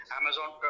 amazon